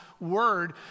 word